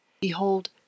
Behold